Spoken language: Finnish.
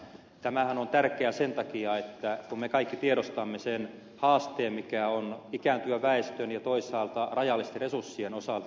tämähän on tärkeää me kaikki tiedostamme sen haasteen mikä on ikääntyvän väestön ja toisaalta rajallisten resurssien osalta